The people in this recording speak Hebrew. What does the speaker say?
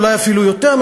אולי אפילו יותר,